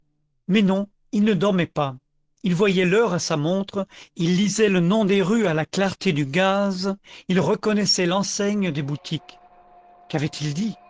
mais non il ne dormait pas il voyait l'heure à sa montre il lisait le nom des rues à la clarté du gaz il reconnaissait l'enseigne des boutiques qu'avait-il dit